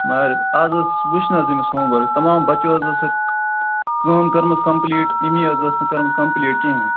مگر اَز ٲس وُِچھ نہَ حظ أمِس ہوٗم ؤرک تَمام بَچو حظ ٲسٕکھ کٲم کٔرمٕژ کَمپلیٖٹ ییٚمی حظ ٲس نہٕ کٔرمٕژ کَمپلیٖٹ کِہیٖنٛۍ